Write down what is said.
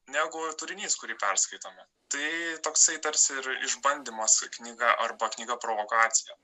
negu turinys kurį perskaitome tai toksai tarsi ir išbandymas knyga arba knyga provokacija